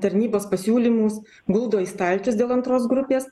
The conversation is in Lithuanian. tarnybos pasiūlymus guldo į stalčius dėl antros grupės